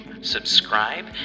subscribe